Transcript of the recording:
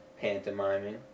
pantomiming